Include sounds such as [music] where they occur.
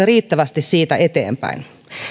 [unintelligible] riittävästi siitä eteenpäin